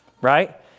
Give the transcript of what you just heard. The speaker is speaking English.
Right